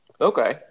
Okay